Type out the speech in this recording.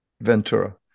Ventura